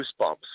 goosebumps